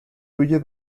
huye